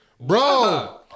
bro